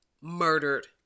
murdered